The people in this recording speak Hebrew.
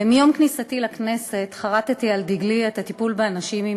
מיום כניסתי לכנסת חרתי על דגלי את הטיפול באנשים עם